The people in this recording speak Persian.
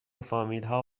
فامیلها